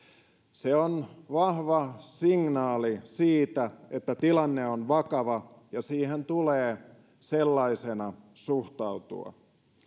se on vahva signaali siitä että tilanne on vakava ja siihen tulee sellaisena suhtautua